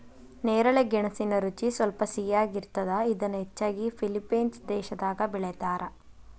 ನೇರಳೆ ಗೆಣಸಿನ ರುಚಿ ಸ್ವಲ್ಪ ಸಿಹಿಯಾಗಿರ್ತದ, ಇದನ್ನ ಹೆಚ್ಚಾಗಿ ಫಿಲಿಪೇನ್ಸ್ ದೇಶದಾಗ ಬೆಳೇತಾರ